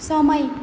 समय